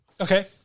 Okay